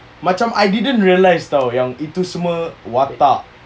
macam I didn't realise [tau] yang itu semua watak